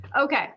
Okay